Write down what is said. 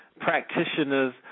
practitioners